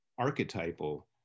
archetypal